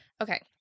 Okay